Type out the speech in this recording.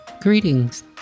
Greetings